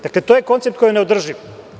Dakle, to je koncept koji je neodrživ.